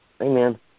Amen